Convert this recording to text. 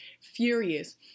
furious